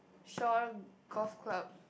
Shore golf club